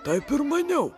taip ir maniau